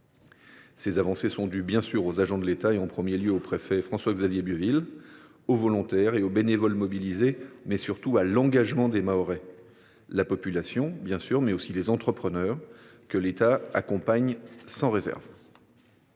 Ces avancées sont évidemment dues aux agents de l’État et, en premier lieu, au préfet François Xavier Bieuville, aux volontaires et aux bénévoles mobilisés, mais, surtout, à l’engagement des Mahorais : la population, bien sûr, mais aussi les entrepreneurs, que l’État accompagne sans réserve.